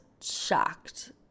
shocked